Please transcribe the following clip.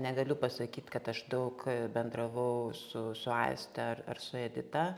negaliu pasakyt kad aš daug bendravau su su aiste ar ar su edita